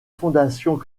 fondations